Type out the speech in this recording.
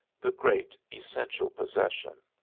the great essential possession.